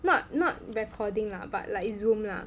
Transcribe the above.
not not recording lah but like Zoom lah